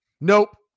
Nope